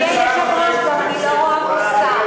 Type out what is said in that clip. אדוני היושב-ראש, אני לא רואה פה שר.